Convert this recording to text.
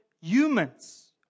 humans